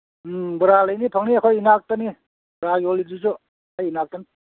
ꯎꯝ ꯕꯣꯔꯥ ꯂꯩꯅꯤ ꯐꯪꯅꯤ ꯑꯩꯈꯣꯏ ꯏꯅꯥꯛꯇꯅꯤ ꯕꯣꯔꯥ ꯌꯣꯜꯂꯤꯗꯨꯁꯨ ꯑꯩ ꯅꯥꯛꯇ